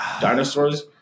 dinosaurs